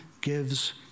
gives